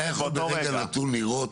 אתה יכול ברגע נתון לראות